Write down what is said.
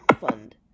fund